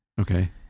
Okay